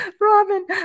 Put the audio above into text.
Robin